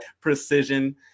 precision